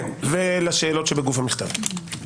ולשאלות שבגוף המכתב.